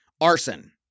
arson